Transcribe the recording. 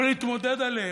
ולהתמודד עליהן.